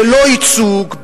בלא ייצוג,